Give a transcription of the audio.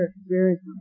experience